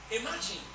Imagine